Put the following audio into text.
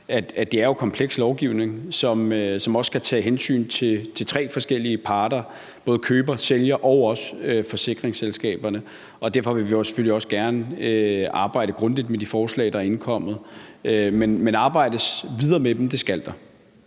at det jo er kompleks lovgivning, som også skal tage hensyn til tre forskellige parter, nemlig både køberne, sælgerne og også forsikringsselskaberne. Derfor vil vi selvfølgelig også gerne arbejde grundigt med de forslag, der er indkommet. Men arbejdes videre med det skal der.